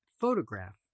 photograph